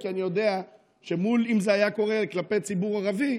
כי אני יודע שאם זה היה קורה כלפי ציבור ערבי,